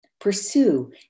Pursue